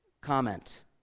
comment